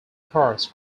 parts